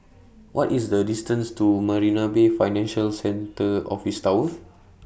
What IS The distance to Marina Bay Financial Centre Office Tower